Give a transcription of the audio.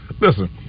listen